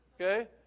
Okay